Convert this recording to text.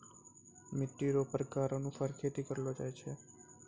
मिट्टी रो प्रकार रो अनुसार खेती करलो जाय छै